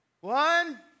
One